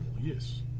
yes